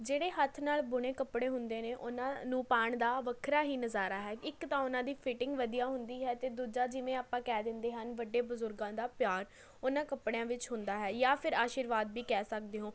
ਜਿਹੜੇ ਹੱਥ ਨਾਲ਼ ਬੁਣੇ ਕੱਪੜੇ ਹੁੰਦੇ ਨੇ ਉਹਨਾਂ ਨੂੰ ਪਾਉਣ ਦਾ ਵੱਖਰਾ ਹੀ ਨਜ਼ਾਰਾ ਹੈ ਇੱਕ ਤਾਂ ਉਹਨਾਂ ਦੀ ਫਿਟਿੰਗ ਵਧੀਆ ਹੁੰਦੀ ਹੈ ਅਤੇ ਦੂਜਾ ਜਿਵੇਂ ਆਪਾਂ ਕਹਿ ਦਿੰਦੇ ਹਨ ਵੱਡੇ ਬਜ਼ੁਰਗਾਂ ਦਾ ਪਿਆਰ ਉਹਨਾਂ ਕੱਪੜਿਆਂ ਵਿੱਚ ਹੁੰਦਾ ਹੈ ਜਾਂ ਫਿਰ ਆਸ਼ੀਰਵਾਦ ਵੀ ਕਹਿ ਸਕਦੇ ਹੋ